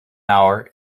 hour